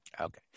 Okay